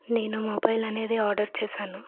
నేను మొబైల్ అనేది ఆర్డర్ చేశాను